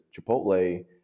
Chipotle